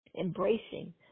embracing